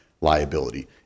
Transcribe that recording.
liability